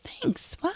Thanks